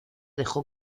dejó